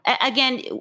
again